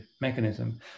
mechanism